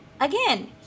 again